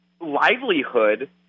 livelihood